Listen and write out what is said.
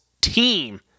team